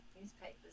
newspapers